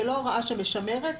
זו לא הוראה שמשמרת.